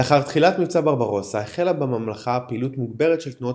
לאחר תחילת מבצע ברברוסה החלה בממלכה פעילות מוגברת של תנועות